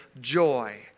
joy